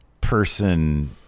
person